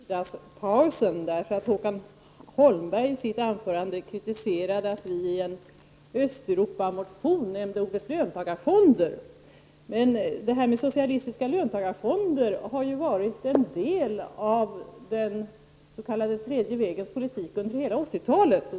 Herr talman! Jag begärde replik före middagspausen, därför att Håkan Holmberg i sitt anförande kritiserade att vi i en motion angående Östeuropa nämnde ordet ”löntagarfonder”. Socialistiska löntagarfonder har ju varit en del av den s.k. tredje vägens politik under hela 80-talet.